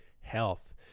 health